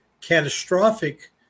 catastrophic